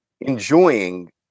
enjoying